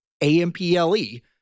A-M-P-L-E